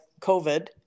COVID